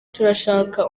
turashaka